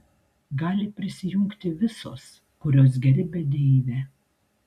gali prisijungti visos kurios gerbia deivę